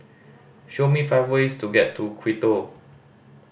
show me five ways to get to Quito